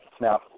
Now